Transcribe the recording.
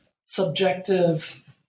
subjective